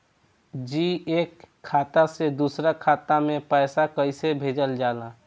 जी एक खाता से दूसर खाता में पैसा कइसे भेजल जाला?